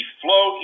flow